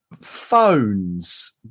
Phones